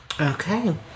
Okay